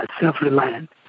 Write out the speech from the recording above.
self-reliant